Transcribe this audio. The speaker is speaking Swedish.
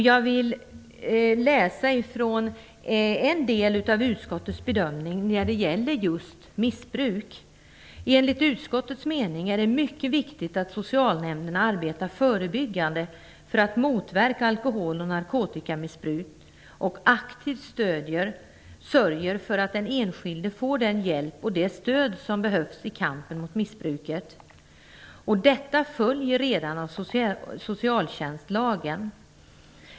Jag vill läsa upp en del av utskottets bedömning som gäller just missbruk: "Enligt utskottets mening är det mycket viktigt att socialnämnderna arbetar förebyggande för att motverka alkohol och narkotikamissbruk och aktivt sörjer för att den enskilde får den hjälp och det stöd som behövs i kampen mot missbruket. Detta följer redan av socialtjänstlagen.